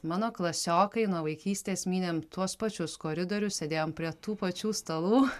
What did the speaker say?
mano klasiokai nuo vaikystės mynėm tuos pačius koridorius sėdėjom prie tų pačių stalų